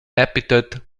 epithet